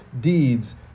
deeds